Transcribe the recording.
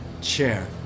chair